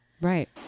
right